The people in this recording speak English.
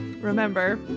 Remember